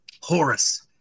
Horus